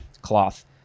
cloth